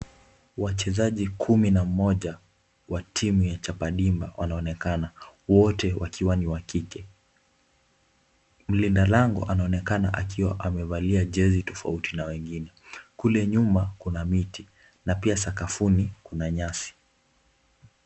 Wachezaji kumi na moja wa timu ya Chapa dimba wanaonekana wote wakiwa ni wakike, mlinda lango anaonekana akiwa amevalia jezi tofauti na wengine, kule nyuma kuna miti na pia sakafuni kuna nyasi.